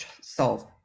solve